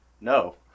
No